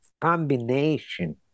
combination